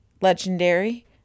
legendary